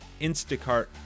Instacart